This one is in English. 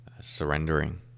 surrendering